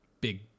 big